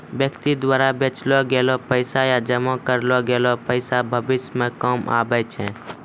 व्यक्ति द्वारा बचैलो गेलो पैसा या जमा करलो गेलो पैसा भविष्य मे काम आबै छै